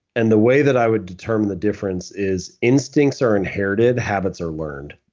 and the way that i would determine the difference is instincts are inherited, habits are learned.